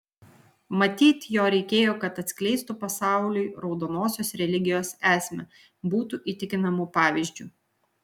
matyt jo reikėjo kad atskleistų pasauliui raudonosios religijos esmę būtų įtikinamu pavyzdžiu